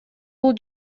бул